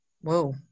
whoa